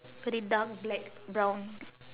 very dark black brown